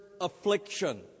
affliction